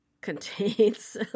contains